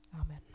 Amen